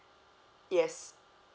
yes